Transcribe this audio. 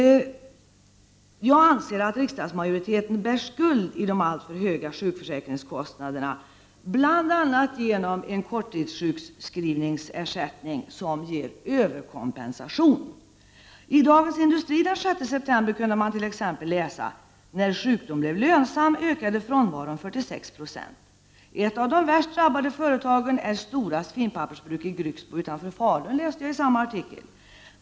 Jag anser att riksdagsmajoriteten bär skuld till de alltför höga sjukförsäkringskostnaderna, bl.a. genom en korttidssjukskrivningsersättning som ger överkompensation. I Dagens Industri den 6 september kunde man t.ex. läsa: ”När sjukdom blev lönsam ökade frånvaron 46 26.” Ett av de värst drabbade företagen är Storas finpappersbruk i Grycksbo utanför Falun, läste jag i samma artikel.